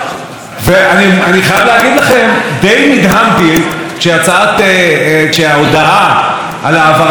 די נדהמתי כשההודעה על העברת הסמכויות האלה הונחה לפנינו,